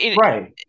right